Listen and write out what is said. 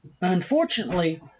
unfortunately